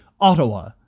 Ottawa